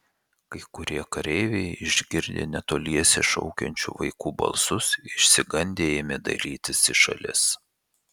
kai kurie kareiviai išgirdę netoliese šaukiančių vaikų balsus išsigandę ėmė dairytis į šalis